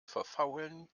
verfaulen